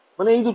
মানে এই দুটো